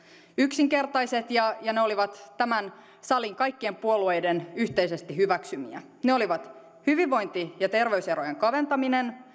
yksinkertaiset ja ja ne olivat tämän salin kaikkien puolueiden yhteisesti hyväksymiä ne olivat hyvinvointi ja terveyserojen kaventaminen